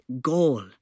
goal